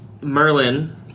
Merlin